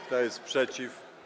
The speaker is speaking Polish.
Kto jest przeciw?